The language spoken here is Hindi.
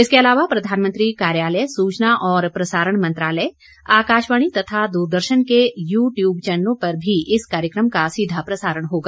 इसके अलावा प्रधानमंत्री कार्यालय सूचना और प्रसारण मंत्रालय आकाशवाणी तथा दूरदर्शन के यूट्यूब चैनलों पर भी इस कार्यक्रम का सीधाप्रसारण होगा